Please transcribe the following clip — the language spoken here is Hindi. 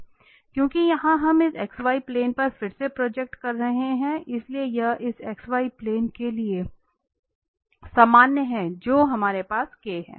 क्योंकि यहां हम इस xy प्लेन पर फिर से प्रोजेक्ट कर रहे हैं इसलिए यह उस xy प्लेन के लिए सामान्य है जो हमारे पास है